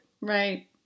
Right